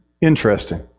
Interesting